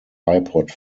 ipod